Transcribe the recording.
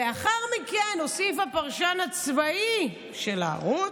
לאחר מכן הוסיף הפרשן הצבאי של הערוץ: